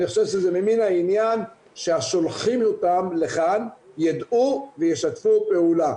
אני חושב שזה ממן העניין שהשולחים אותם לכאן ידעו וישתפו פעולה.